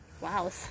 Wow